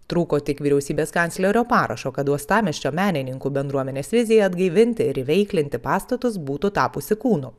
trūko tik vyriausybės kanclerio parašo kad uostamiesčio menininkų bendruomenės vizija atgaivinti ir įveiklinti pastatus būtų tapusi kūnu